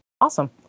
Awesome